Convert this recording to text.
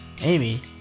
Amy